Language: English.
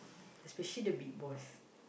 especially the big boss